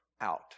out